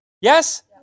yes